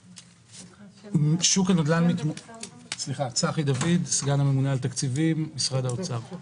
אני סגן הממונה על תקציבים, משרד האוצר.